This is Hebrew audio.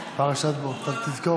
פרשת בר-מצווה בא, עכשיו תזכור.